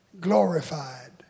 glorified